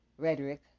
rhetoric